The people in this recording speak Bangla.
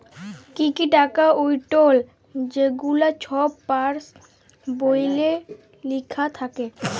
কি কি টাকা উইঠল ছেগুলা ছব পাস্ বইলে লিখ্যা থ্যাকে